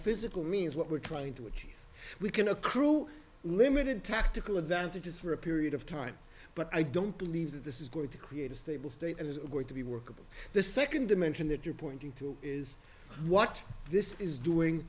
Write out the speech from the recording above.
physical means what we're trying to achieve we can accrue limited tactical advantages for a period of time but i don't believe that this is going to create a stable state and it's going to be workable the second dimension that you're pointing to is what this is doing